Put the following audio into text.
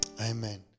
Amen